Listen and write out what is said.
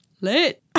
lit